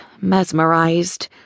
mesmerized